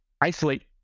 isolate